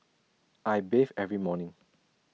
I bathe every morning